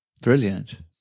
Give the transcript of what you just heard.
Brilliant